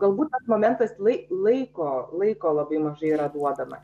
galbūt tas momentas lai laiko laiko labai mažai yra duodama